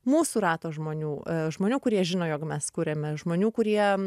mūsų rato žmonių žmonių kurie žino jog mes kuriame žmonių kurie